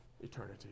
eternity